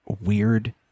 weird